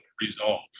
resolve